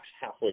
halfway